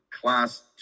class